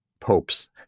popes